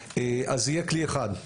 אז יהיה כלי אחד,